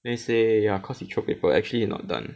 then he say ya cause he throw paper actually not done